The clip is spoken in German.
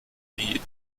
die